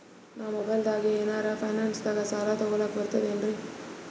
ನಾ ಮೊಬೈಲ್ದಾಗೆ ಏನರ ಫೈನಾನ್ಸದಾಗ ಸಾಲ ತೊಗೊಲಕ ಬರ್ತದೇನ್ರಿ?